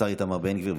השר איתמר בן גביר.